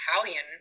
italian